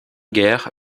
guerre